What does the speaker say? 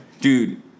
dude